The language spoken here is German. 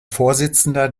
vorsitzender